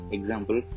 Example